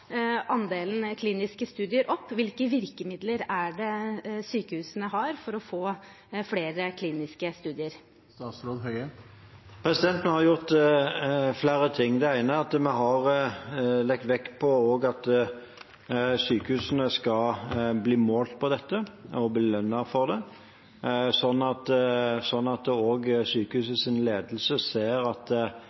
andelen kliniske studier opp. Hvilke virkemidler har sykehusene for å få flere kliniske studier? Vi har gjort flere ting. Det ene er at vi har lagt vekt på at sykehusene skal bli målt på dette og belønnet for det, slik at sykehusenes ledelse ser at det å legge til rette for at